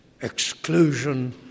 Exclusion